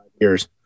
years